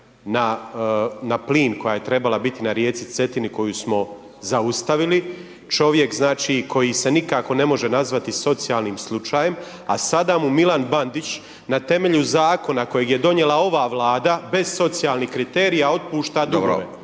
na plin koja je trebala biti na rijeci Cetini koju smo zaustavili, čovjek znači koji se nikako ne može nazvati socijalnim slučajem, a sada mu Milan Bandić, na temelju zakona kojeg je donijela ova Vlada bez socijalnih kriterija otpušta dugove.